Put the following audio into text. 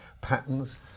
patterns